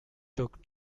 took